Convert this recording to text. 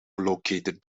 located